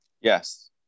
Yes